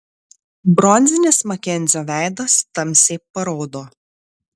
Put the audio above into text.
bronzinis makenzio veidas tamsiai paraudo